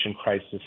crisis